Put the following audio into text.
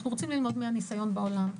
אנחנו רוצים ללמוד מהניסיון בעולם.